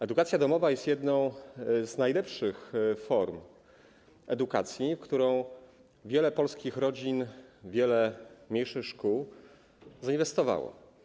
Edukacja domowa jest jedną z najlepszych form edukacji, w którą wiele polskich rodzin, wiele mniejszych szkół zainwestowało.